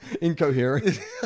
Incoherent